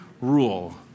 rule